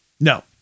No